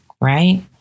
right